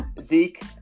Zeke